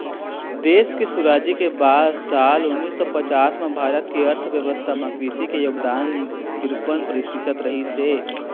देश के सुराजी के बाद साल उन्नीस सौ पचास म भारत के अर्थबेवस्था म कृषि के योगदान तिरपन परतिसत रहिस हे